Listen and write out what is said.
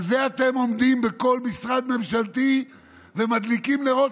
על זה אתם עומדים בכל משרד ממשלתי ומדליקים נרות